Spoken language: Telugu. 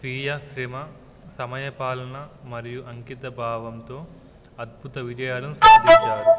స్వీయ శ్రమ సమయపాలన మరియు అంకిత భావంతో అద్భుత విజయాాలను సాధించారు